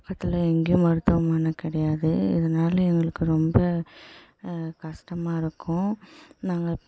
பக்கத்தில் எங்கேயும் மருத்துவமன கிடையாது இதனால எங்களுக்கு ரொம்ப கஷ்டமா இருக்கும் நாங்கள்